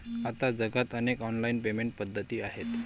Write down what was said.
आता जगात अनेक ऑनलाइन पेमेंट पद्धती आहेत